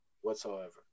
whatsoever